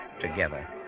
together